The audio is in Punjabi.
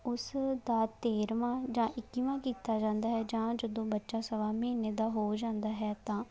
ਉਸ ਦਾ ਤੇਰਵਾਂ ਜਾਂ ਇੱਕੀਵਾਂ ਕੀਤਾ ਜਾਂਦਾ ਹੈ ਜਾਂ ਜਦੋਂ ਬੱਚਾ ਸਵਾ ਮਹੀਨੇ ਦਾ ਹੋ ਜਾਂਦਾ ਹੈ ਤਾਂ